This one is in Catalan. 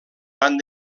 van